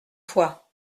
fois